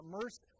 immersed